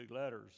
letters